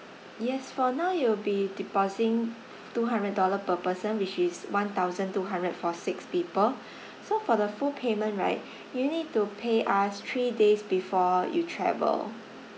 yes for now you'll be depositing two hundred dollar per person which is one thousand two hundred for six people so for the full payment right you need to pay us three days before you travel